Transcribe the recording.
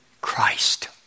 Christ